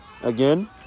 again